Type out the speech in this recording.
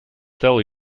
tell